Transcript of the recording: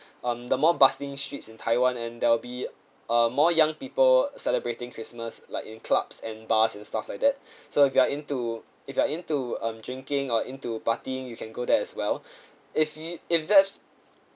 um the more bustling streets in taiwan and there'll be uh more young people celebrating christmas like in clubs and bars and stuff like that so if you are into if you are into um drinking or into partying you can go there as well if it if that's